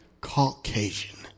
Caucasian